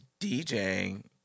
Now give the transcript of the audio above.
DJing